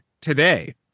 today